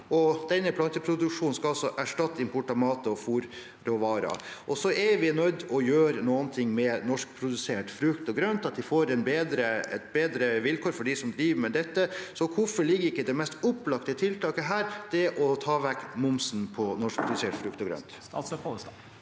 Denne planteproduksjonen skal altså erstatte import av mat og fôrråvarer. Vi er også nødt til å gjøre noe med norskprodusert frukt og grønt, slik at vi får bedre vilkår for dem som driver med det. Hvorfor ligger ikke det mest opplagte tiltaket her, det å ta vekk momsen på norskprodusert frukt og grønt?